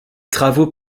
travaux